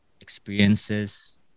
experiences